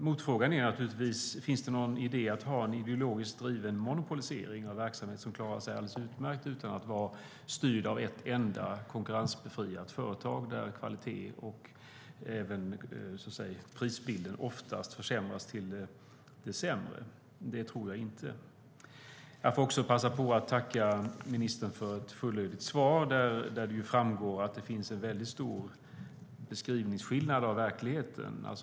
Motfrågan är naturligtvis: Är det någon idé att ha en ideologiskt driven monopolisering av verksamhet som klarar sig alldeles utmärkt utan att vara styrd av ett enda, konkurrensbefriat företag där kvalitet och även prisbilden oftast förändras till det sämre? Det tror jag inte. Jag får också passa på att tacka ministern för ett fullödigt svar, där det framgår att det finns en väldigt stor skillnad i beskrivning av verkligheten.